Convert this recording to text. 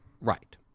Right